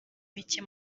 mike